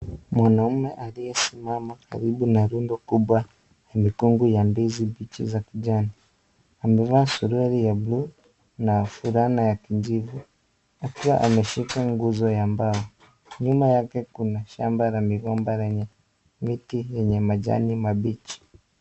Mwanaume aliyesimama karibu na rundo kubwa na mikungu ya ndizi kubwa za kijani . Amevaa suruali ya buluu na fulana ya kijivu akiwa ameshika nguzo ya mbao. Nyuma yake kuna shamba la migomba lenye miti yenye majani mabichi.